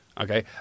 Okay